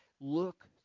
look